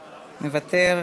מוותר.